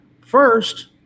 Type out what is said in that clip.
First